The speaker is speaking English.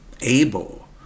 able